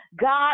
God